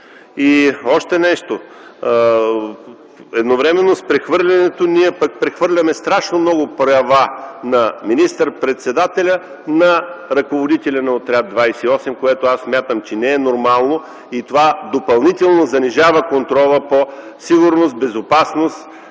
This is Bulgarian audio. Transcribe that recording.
Още нещо. Едновременно с прехвърлянето ние пък прехвърляме страшно много права на министър-председателя на ръководителя на Отряд 28, което смятам, че не е нормално и това допълнително занижава контрола по сигурността, безопасността,